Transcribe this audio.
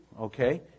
Okay